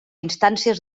instàncies